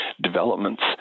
developments